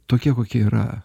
tokie kokie yra